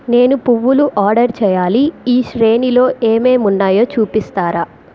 నేను పువ్వులు ఆర్డర్ చేయాలి ఈ శ్రేణిలో ఏమేం ఉన్నాయో చూపిస్తారా